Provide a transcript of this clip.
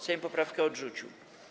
Sejm poprawkę odrzucił.